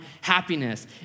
happiness